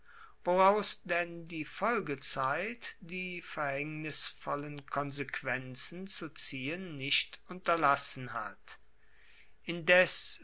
woraus denn die folgezeit die verhaengnisvollen konsequenzen zu ziehen nicht unterlassen hat indes